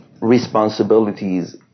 responsibilities